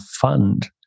fund